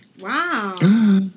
Wow